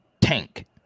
tank